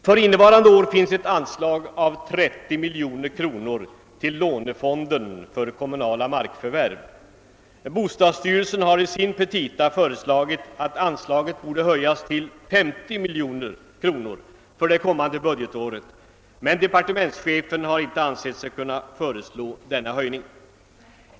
För innevarande år finns ett anslag på 30 miljoner kronor till lånefonden för kommunala markförvärv. Bostadsstyrelsen har i sina petita föreslagit att anslaget borde höjas till 50 miljoner kronor för det kommande budgetåret, men departementschefen har icke ansett sig kunna föreslå en sådan höjning.